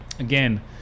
Again